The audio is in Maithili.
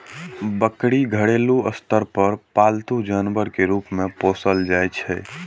बकरी घरेलू स्तर पर पालतू जानवर के रूप मे पोसल जाइ छै